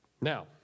Now